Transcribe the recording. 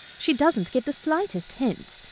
she doesn't give the slightest hint.